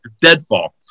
Deadfall